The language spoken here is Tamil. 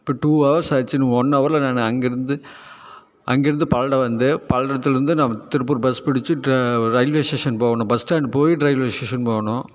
இப்போ டூ ஹவர்ஸ் ஆச்சு இன்னும் ஒன் ஹவரில் நான் அங்கே இருந்து அங்கே இருந்து பல்லடம் வந்து பல்லடத்தில் இருந்து நான் திருப்பூர் பஸ் பிடித்து ரயில்வே ஸ்டேஷன் போகணும் பஸ் ஸ்டாண்டு போய் ரயில்வே ஸ்டேஷன் போகணும்